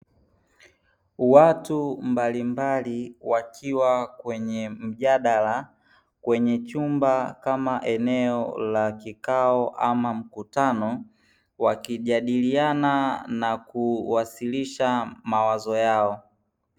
Watu mbalimbali wakiwa kwenye mjadala kwenye chumba kama eneo la kikao, ama mkutano wakijadiliana na kuwasilisha mawazo yao.